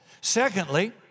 Secondly